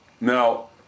Now